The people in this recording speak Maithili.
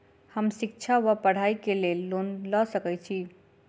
हम शिक्षा वा पढ़ाई केँ लेल लोन लऽ सकै छी?